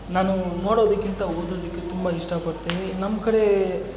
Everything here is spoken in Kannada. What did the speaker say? ನಾನೂ ನೋಡೋದಕ್ಕಿಂತ ಓದೋದಕ್ಕೆ ತುಂಬ ಇಷ್ಟಪಡ್ತೀನಿ ನಮ್ಮ ಕಡೇ